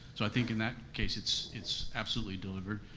so i think in that case, it's it's absolutely delivered.